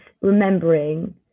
remembering